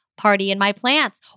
PARTYINMYPLANTS